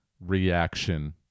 reaction